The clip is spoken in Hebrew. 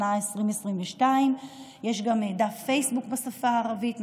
שנת 2022. יש גם דף פייסבוק בשפה הערבית,